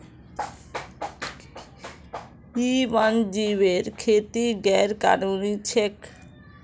कि वन्यजीवेर खेती गैर कानूनी छेक?